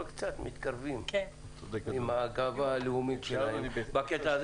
אבל קצת מתקרבים לגאווה הלאומית שלהם בקטע הזה.